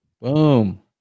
boom